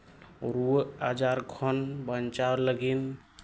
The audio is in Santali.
ᱨᱩᱣᱟᱹ ᱟᱡᱟᱨ ᱠᱷᱚᱱ ᱵᱟᱧᱪᱟᱣ ᱞᱟᱹᱜᱤᱫ